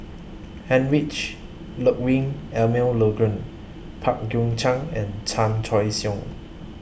Heinrich Ludwig Emil Luering Pang Guek Cheng and Chan Choy Siong